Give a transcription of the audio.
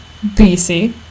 BC